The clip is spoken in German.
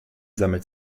sammelt